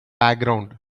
background